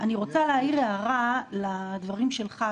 אני רוצה להעיר הערה לדברים שלך,